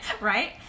Right